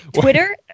Twitter